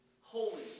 holy